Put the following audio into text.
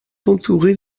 entourée